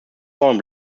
vorn